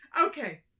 Okay